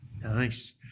nice